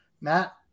Matt